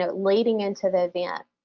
ah leading into the event,